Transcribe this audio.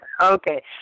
Okay